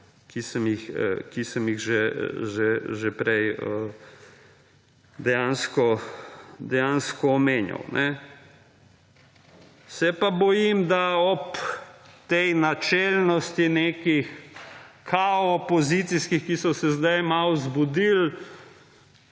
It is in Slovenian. ki sem jih že prej dejansko omenjal. Se pa bojim, da ob tej načelnosti nekih kao pozicijskih, ki so se zdaj malo zbudili,